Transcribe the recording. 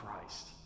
christ